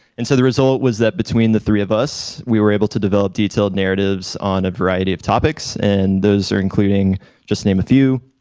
and so the result was that between the three of us, we were able to develop detailed narratives on a variety of topics. and those are including just to name a few,